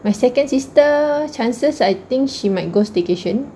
my second sister chances I think she might go staycation